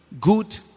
good